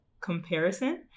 comparison